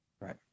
Right